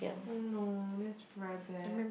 oh no that's very bad